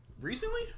Recently